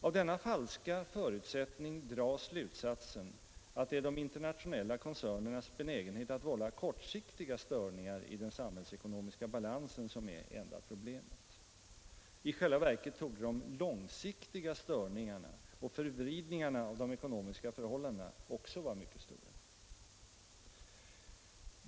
Av denna falska förutsättning dras slutsatsen att det är de internationella koncernernas benägenhet att vålla kortsiktiga störningar i den samhällsekonomiska balansen som är enda problemet. I själva verket torde de långsiktiga störningarna och förvridningarna av de ekonomiska förhållandena också vara mycket stora.